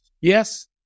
Yes